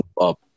up